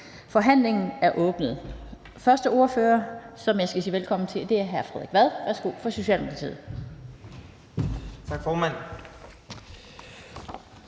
Forhandlingen er åbnet. Første ordfører, jeg skal sige velkommen til, er hr. Frederik Vad fra Socialdemokratiet.